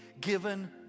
given